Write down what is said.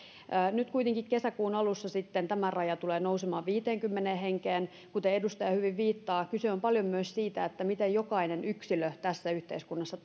nyt kuitenkin kesäkuun alussa tämä raja tulee nousemaan viiteenkymmeneen henkeen kuten edustaja hyvin viittaa kyse on paljon myös siitä miten jokainen yksilö tässä yhteiskunnassa